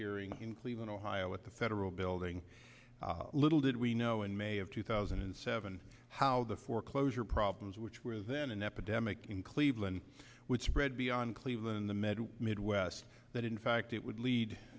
hearing in cleveland ohio at the federal building little did we know in may of two thousand and seven how the foreclosure problems which was then an epidemic in cleveland which spread beyond cleveland the meadow midwest that in fact it would lead